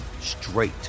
straight